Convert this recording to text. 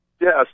Yes